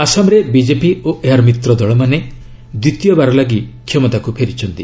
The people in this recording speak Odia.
ଆସାମରେ ବିକେପି ଓ ଏହାର ମିତ୍ରଦଳମାନେ ଦ୍ୱିତୀୟ ବାର ଲାଗି କ୍ଷମତାକୁ ଫେରିଛନ୍ତି